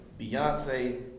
Beyonce